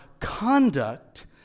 conduct